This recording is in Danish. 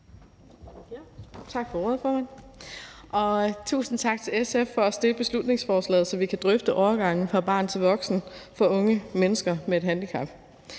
Tak for ordet, formand, og tusind tak til SF for at støtte beslutningsforslaget, så vi kan drøfte overgangen fra barn til voksen for unge mennesker med et handicap.